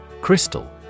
Crystal